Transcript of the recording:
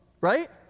right